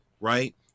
right